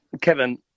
Kevin